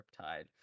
Riptide